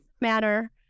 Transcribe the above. manner